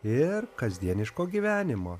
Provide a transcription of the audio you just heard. ir kasdieniško gyvenimo